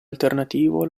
alternativo